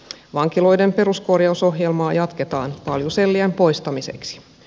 vankiloiden peruskorjausohjelmaa jatketaan paljusellien poistamiseksi